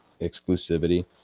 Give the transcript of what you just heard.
exclusivity